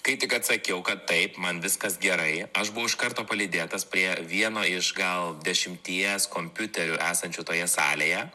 kai tik atsakiau kad taip man viskas gerai aš buvau iš karto palydėtas prie vieno iš gal dešimties kompiuterių esančių toje salėje